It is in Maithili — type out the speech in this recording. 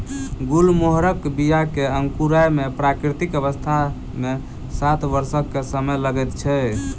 गुलमोहरक बीया के अंकुराय मे प्राकृतिक अवस्था मे सात वर्षक समय लगैत छै